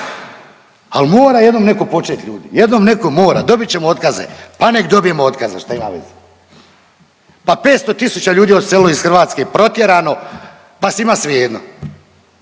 al mora jednom neko počet ljudi, jednom neko mora. Dobit ćemo otkaze, pa nek dobijemo otkaze šta ima veze, pa 500.000 ljudi je odselilo iz Hrvatske, protjerano pa svima svejedno,